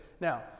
Now